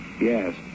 Yes